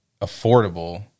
affordable